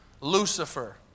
Lucifer